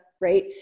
right